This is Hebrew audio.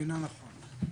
מבינה נכון.